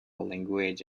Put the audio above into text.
language